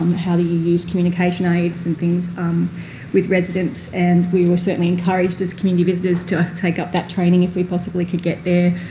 how do you use communication aids and things um with residents, and we were certainly encouraged as community visitors to take up that training if we possibly could get there.